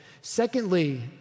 Secondly